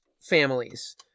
families